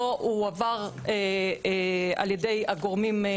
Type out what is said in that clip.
לא הועבר על-ידי הגורמים מעלה.